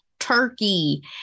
Turkey